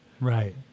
Right